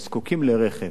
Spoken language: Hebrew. והם זקוקים לרכב,